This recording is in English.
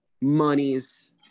monies